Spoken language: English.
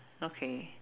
okay